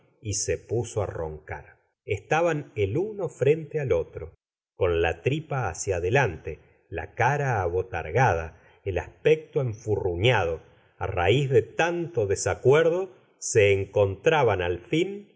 y se puso á roncar estaban el uno frente al otro con la tripa hacia adelante la cara abortagada el aspecto enfurruñado á raiz de tanto desacuerdo se encontraban al fin